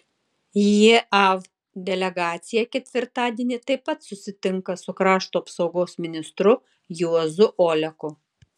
jav delegacija ketvirtadienį taip pat susitinka su krašto apsaugos ministru juozu oleku